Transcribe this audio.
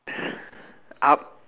up